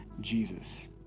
Jesus